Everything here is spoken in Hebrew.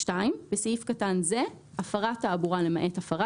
(2)בסעיף קטן זה - "הפרת תעבורה" למעט הפרת